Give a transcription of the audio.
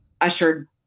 ushered